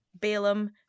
Balaam